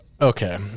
Okay